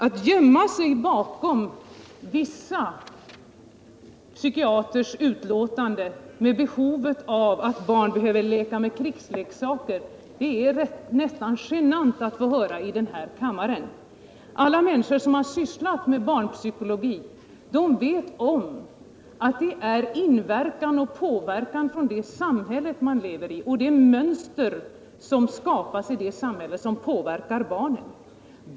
Det är nästan genant att få höra i den här kammaren att man försöker gömma sig bakom vissa psykiatrikers utlåtanden om barns behov av att leka med krigsleksaker. Alla människor som har sysslat med barnpsykologi vet om att det är påverkan från det samhälle man lever i och det mönster som skapas i det samhället som påverkar barnen.